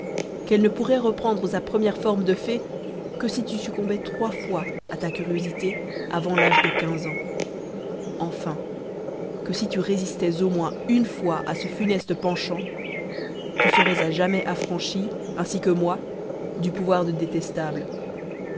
qu'elle ne pourrait reprendre sa première forme de fée que si tu succombais trois fois à ta curiosité avant l'âge de quinze ans enfin que si tu résistais au moins une fois à ce funeste penchant tu serais à jamais affranchie ainsi que moi du pouvoir de détestable